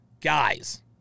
Guys